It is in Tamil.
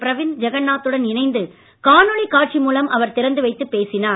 ப்ரவிந்த் ஜக்நாத் துடன் இணைந்து காணொளி காட்சி மூலம் அவர் திறந்துவைத்துப் பேசினார்